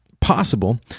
possible